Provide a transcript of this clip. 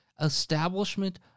establishment